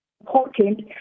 important